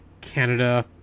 Canada